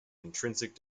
intrinsic